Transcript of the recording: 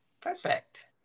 Perfect